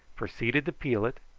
proceeded to peel it,